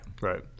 Right